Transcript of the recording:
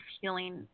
healing